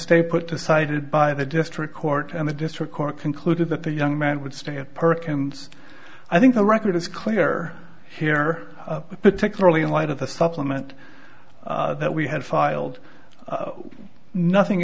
stay put decided by the district court and the district court concluded that the young man would stay at perkins i think the record is clear here particularly in light of the supplement that we had filed nothing